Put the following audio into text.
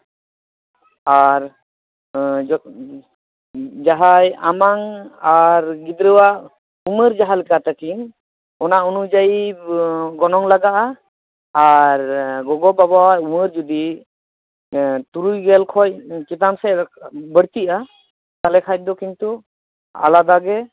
ᱟᱨ ᱡᱟᱦᱟᱸᱭ ᱟᱢᱟᱝ ᱟᱨ ᱜᱤᱫᱽᱨᱟᱹᱣᱟᱜ ᱩᱢᱮᱨ ᱡᱟᱦᱟᱸᱞᱮᱠᱟ ᱛᱟᱹᱠᱤᱱ ᱚᱱᱟ ᱚᱱᱩᱡᱟᱭᱤ ᱜᱚᱱᱚᱝ ᱞᱟᱜᱟᱜᱼᱟ ᱟᱨ ᱜᱚᱜᱚᱼᱵᱟᱵᱟᱣᱟᱜ ᱩᱢᱮᱨ ᱡᱩᱫᱤ ᱛᱩᱨᱩᱭᱜᱮᱞ ᱠᱷᱚᱱ ᱪᱮᱛᱟᱱ ᱥᱮᱫ ᱵᱟᱹᱲᱛᱤᱜᱼᱟ ᱛᱟᱞᱦᱮ ᱠᱷᱟᱱᱫᱚ ᱠᱤᱱᱛᱩ ᱟᱞᱟᱫᱟᱜᱮ